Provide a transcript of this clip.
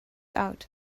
out